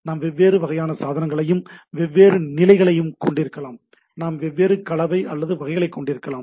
நாம் வெவ்வேறு வகையான சாதனங்களையும் வெவ்வேறு நிலைகளையும் கொண்டிருக்கலாம் நாம் வெவ்வேறு கலவை மற்றும் வகைகளைக் கொண்டிருக்கலாம்